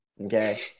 Okay